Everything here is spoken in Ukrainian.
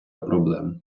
проблем